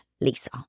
Lisa